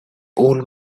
old